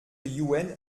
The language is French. youenn